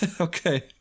Okay